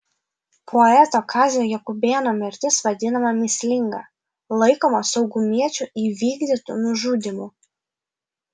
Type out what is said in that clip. poeto kazio jakubėno mirtis vadinama mįslinga laikoma saugumiečių įvykdytu nužudymu